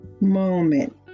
moment